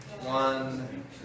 one